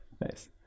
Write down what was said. nice